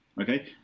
okay